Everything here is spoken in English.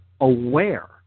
aware